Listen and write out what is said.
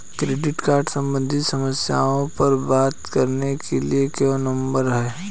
Credit card सम्बंधित समस्याओं पर बात करने के लिए कोई नंबर है?